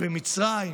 במצרים,